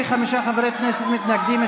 65 חברי כנסת מתנגדים.